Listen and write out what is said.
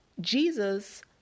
Jesus